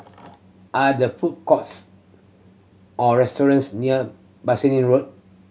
are there food courts or restaurants near Bassein Road